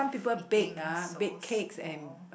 eating so small